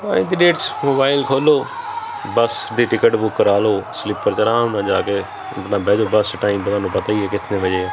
ਅੱਜ ਦੀ ਡੇਟ 'ਚ ਮੋਬਾਈਲ ਖੋਲੋ ਬਸ ਦੀ ਟਿਕਟ ਬੁੱਕ ਕਰਵਾ ਲਓ ਸਲੀਪਰ 'ਚ ਆਰਾਮ ਨਾਲ ਜਾ ਕੇ ਆਪਣਾ ਬਹਿ ਜੋ ਬਸ ਟਾਈਮ ਤੁਹਾਨੂੰ ਪਤਾ ਹੀ ਹੈ ਕਿੰਨੇ ਵਜੇ